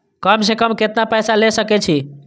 कम से कम केतना पैसा ले सके छी?